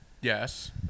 Yes